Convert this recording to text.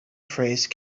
phrase